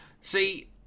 See